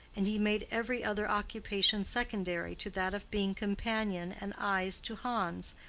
and he made every other occupation secondary to that of being companion and eyes to hans,